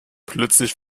plötzlich